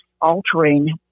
altering